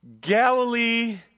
Galilee